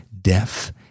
deaf